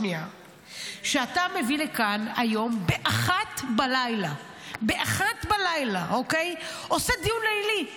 אתה מביא לכאן היום ב-01:00, עושה דיון לילי,